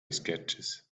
sketches